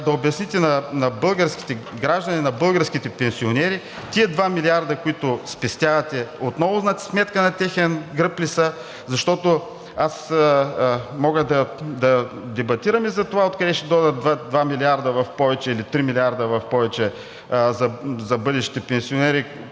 да обясните на българските граждани, на българските пенсионери тези два милиарда, които спестявате, отново за сметка на техен гръб ли са, защото аз мога да дебатирам и за това откъде ще дойдат два милиарда в повече или три милиарда в повече за бъдещите пенсионери